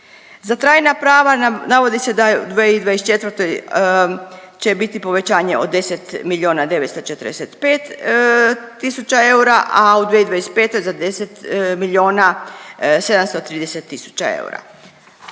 Za trajna prava navodi se da u 2024. će biti povećanje od 10 milijuna 945 tisuća eura, a u 2025. za 10 milijuna